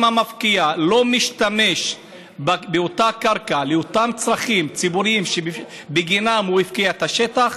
לא משתמש באותה קרקע לאותם צרכים ציבוריים שבגינם הוא הפקיע את השטח,